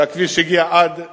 והכביש הגיע עד אליו.